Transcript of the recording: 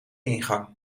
ingang